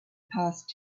past